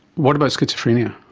what about schizophrenia?